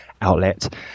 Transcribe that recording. outlet